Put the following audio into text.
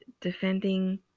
defending